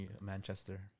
Manchester